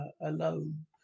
alone